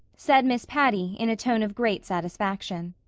said miss patty in a tone of great satisfaction.